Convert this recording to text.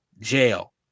jail